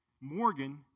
Morgan